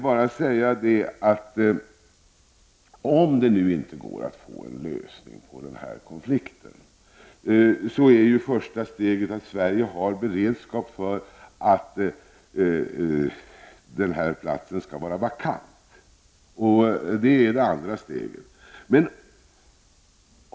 Men om det inte går att få en lösning på konflikten, är första steget att Sverige har beredskap för att agera så att platsen skall vara vakant, vilket är det andra steget.